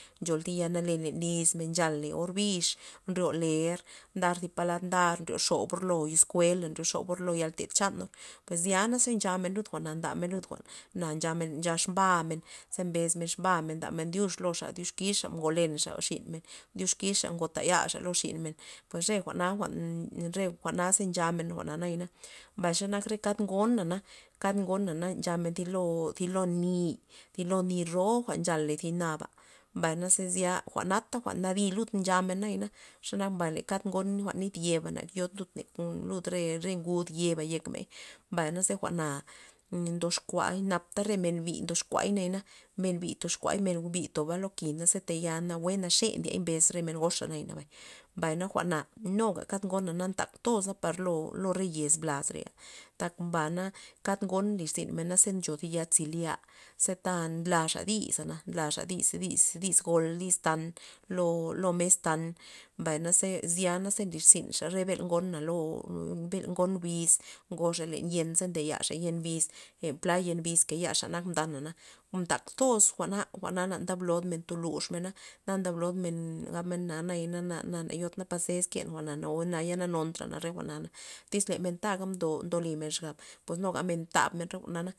Ncho thi yal nale len lizmen nchale or bix nryo ler ndar zi pa lad ndar nryo xobor lo izkuela na, nryo xobor lo yal ted chanor pues zya naze ncha men lud jwa'men a nda men lud jwa'na ncha exbamen ze mbes men xbamen ze mbes men xbamen ze ndamen dyux loxa dyuxkixa ngolo lexa xin men diuxkixa ngoto yaxa lo xin men, pues re jwa'na re jwana za nchamen re jwa'na nayana, mbay xe nak re kad ngona na mbay kag ngona na nchamen ty lo ty lo ni' ty lo ni ro nxal ty naba mbay na ze zya jwa'nata jwa'n nadi lud nchamen nayana mbay xenak kang ngod nit yibe na na yod lud lud re nguda yo lud ngud yeba yekney mbay na ze jwa'na ndoxkuay napta re men bi ndoxkuay nayana men bi tox kuay men bi toba lo ki' na ze na tayal naxe ndiey mbes re men goxa naya na bay mbay jwa'na nuga kad ngona ntak toza par lo re yez blaz re, tak ba kad ngon nlirzin par ncho thi ya zelya ze ta nlaxa dis zana nlaza dis- dis dis gol dis tan lo- lo mes tan, mbay naze zyana ze nlirzinxa re bel ngona lo bel ngon bix ngoxa len yen za ndayaxa yen biz len pla yen biz kayaxa nak mdana na, ntak toz jwa'na na ndab blod men ntoluxmena na ndab blod men gab men na naya na yot na pazens ke jwa'na o na ya na nontrana re jwa'na tyz men taga mdob ndo limen xab pues nuga men ntab men jwa'na na.